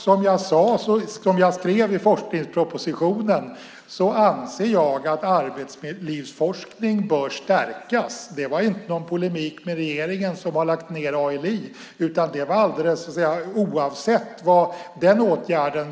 Som jag skrev i forskningspropositionen anser jag att arbetslivsforskningen bör stärkas. Det var inte någon polemik med regeringen, som lagt ned ALI, utan det var alldeles oavsett den åtgärden.